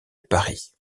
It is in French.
paris